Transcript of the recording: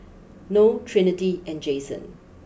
Noe Trinity and Jason